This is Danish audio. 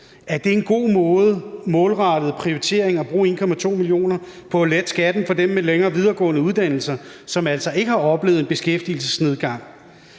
det en god målrettet prioritering at bruge 1,2 mia. kr. på at lette skatten for dem med længere videregående uddannelser, som altså ikke har oplevet en beskæftigelsesnedgang?